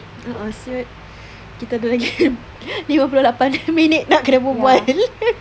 ah siot kita ada lagi lima puluh lapan minit nak kena berbual